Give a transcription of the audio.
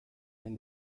when